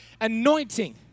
anointing